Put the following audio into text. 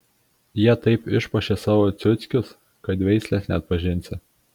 jie taip išpuošė savo ciuckius kad veislės neatpažinsi